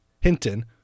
Hinton